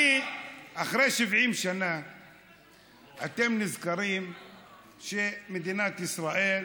אחרי 70 שנה אתם נזכרים שמדינת ישראל,